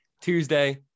Tuesday